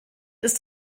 ist